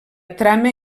trama